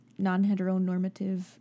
non-heteronormative